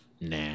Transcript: nah